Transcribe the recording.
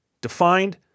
Defined